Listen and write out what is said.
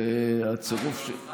היית במשחק?